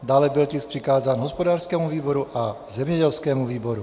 Dále byl tisk přikázán hospodářskému výboru a zemědělskému výboru.